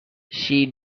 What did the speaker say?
she